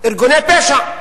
ארגוני פשע.